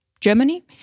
Germany